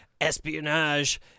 espionage